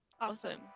Awesome